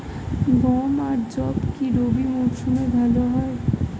গম আর যব কি রবি মরশুমে ভালো হয়?